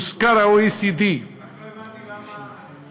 הוזכר ה-OECD, רק לא הבנתי למה יש